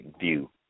view